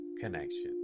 connection